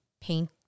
paint